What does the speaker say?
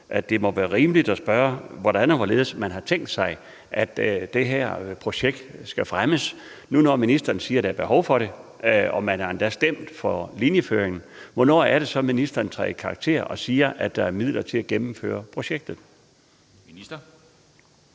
være rimeligt at spørge, hvordan og hvorledes man har tænkt sig at det her projekt skal fremmes, nu når ministeren siger, at der er behov for det, og når man endda har stemt for linjeføringen. Hvornår træder ministeren så i karakter og siger, at der er midler til at gennemføre projektet? Kl.